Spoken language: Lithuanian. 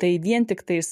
tai vien tiktais